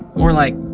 more like,